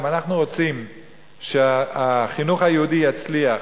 אם אנחנו רוצים שהחינוך היהודי יצליח